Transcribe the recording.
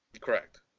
Correct